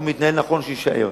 אם הוא מתנהל נכון, שהוא יישאר.